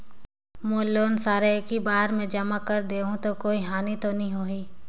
मोर loan सारा एकी बार मे जमा कर देहु तो कोई हानि तो नी होही?